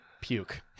puke